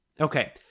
Okay